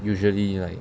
usually like